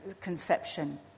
conception